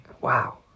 Wow